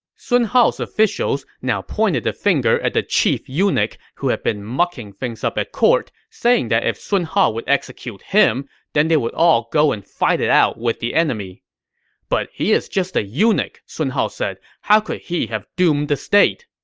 sun hao's officials now pointed the finger at the chief eunuch that had been mucking things up at court, saying that if sun hao would execute him, then they would all go and fight it out with the enemy but he is just a eunuch, sun hao said. how could he have doomed the state?